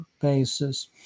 basis